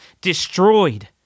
destroyed